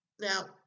Now